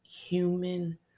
human